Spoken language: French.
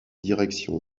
direction